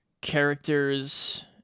characters